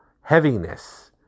heaviness